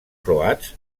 croats